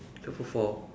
super four